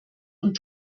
und